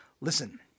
Listen